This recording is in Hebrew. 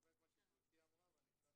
אני מקבל את מה שגברתי אמרה ואני נתלה